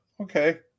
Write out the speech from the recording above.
okay